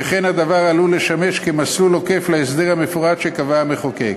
שכן הדבר עלול לשמש מסלול עוקף להסדר המפורט שקבע המחוקק.